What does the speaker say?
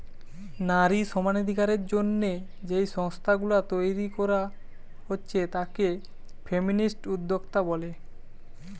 নারী সমানাধিকারের জন্যে যেই সংস্থা গুলা তইরি কোরা হচ্ছে তাকে ফেমিনিস্ট উদ্যোক্তা বলে